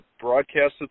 broadcasted